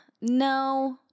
no